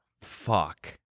Fuck